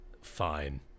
Fine